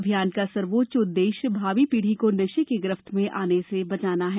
अभियान का सर्वोच्च उद्देश्य भावी पीढ़ी को नशे की गिरफ्त में आने से बचाना है